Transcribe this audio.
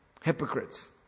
Hypocrites